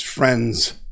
Friends